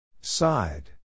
Side